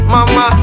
Mama